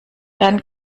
dann